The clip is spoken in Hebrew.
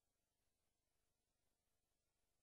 ובסוף לא הגענו לאשקלון.